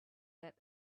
that